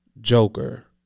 Joker